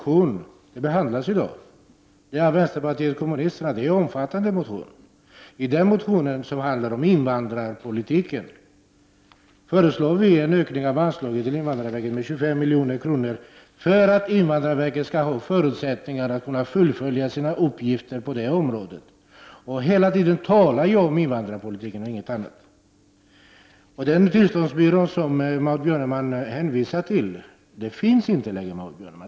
I vänsterpartiet kommunisternas omfattande motion som handlar om invandrarpolitiken föreslår vi en utökning av anslaget till invandrarverket med 25 milj.kr. för att invandrarverket skall få förutsättningar att fullgöra sina uppgifter på detta område. Jag talar hela tiden om invandrarpolitiken och inget annat. Den tillståndsbyrå som Maud Björnemalm hänvisade till finns inte längre.